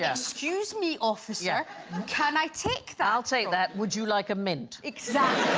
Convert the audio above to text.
yeah excuse me officer can i take that i'll take that would you like a mint exactly?